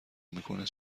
میکنه